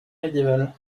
médiéval